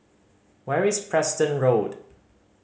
where is Preston Road